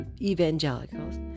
evangelicals